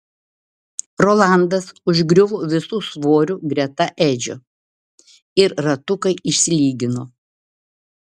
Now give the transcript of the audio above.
rolandas užgriuvo visu svoriu greta edžio ir ratukai išsilygino